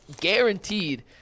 guaranteed